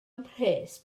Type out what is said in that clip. mhres